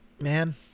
Man